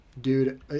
Dude